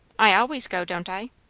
i always go, don't i?